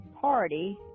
Party